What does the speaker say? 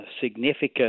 significant